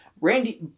Randy